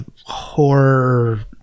horror